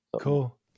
cool